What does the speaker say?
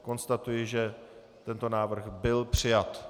Konstatuji, že tento návrh byl přijat.